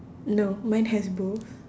no mine has both